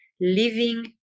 living